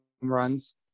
runs